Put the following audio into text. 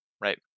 right